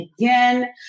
again